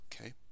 okay